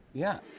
yeah.